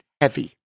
heavy